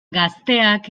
gazteak